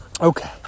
Okay